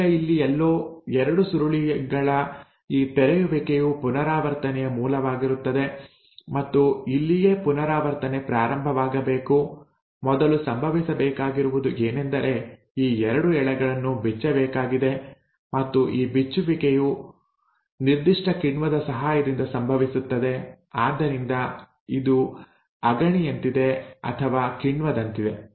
ಈಗ ಇಲ್ಲಿ ಎಲ್ಲೋ ಎರಡು ಸುರುಳಿಗಳ ಈ ತೆರೆಯುವಿಕೆಯು ಪುನರಾವರ್ತನೆಯ ಮೂಲವಾಗಿರುತ್ತದೆ ಮತ್ತು ಇಲ್ಲಿಯೇ ಪುನರಾವರ್ತನೆ ಪ್ರಾರಂಭವಾಗಬೇಕು ಮೊದಲು ಸಂಭವಿಸಬೇಕಾಗಿರುವುದು ಏನೆಂದರೆ ಈ 2 ಎಳೆಗಳನ್ನು ಬಿಚ್ಚಬೇಕಾಗಿದೆ ಮತ್ತು ಈ ಬಿಚ್ಚುವಿಕೆಯು ನಿರ್ದಿಷ್ಟ ಕಿಣ್ವದ ಸಹಾಯದಿಂದ ಸಂಭವಿಸುತ್ತದೆ ಆದ್ದರಿಂದ ಇದು ಅಗಣಿಯಂತಿದೆ ಅಥವಾ ಕಿಣ್ವದಂತಿದೆ